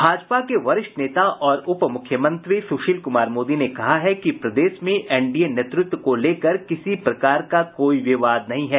भाजपा के वरिष्ठ नेता और उप मुख्यमंत्री सुशील कुमार मोदी ने कहा है कि प्रदेश में एनडीए नेतृत्व को लेकर किसी प्रकार का कोई विवाद नहीं है